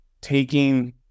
taking